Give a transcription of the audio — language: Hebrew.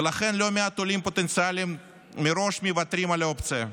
ולכן לא מעט עולים פוטנציאליים מוותרים על האופציה מראש.